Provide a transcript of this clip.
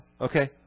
Okay